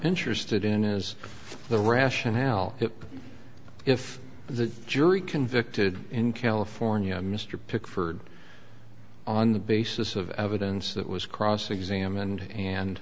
interested in is the rationale that if the jury convicted in california mr pickford on the basis of evidence that was cross examined and